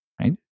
right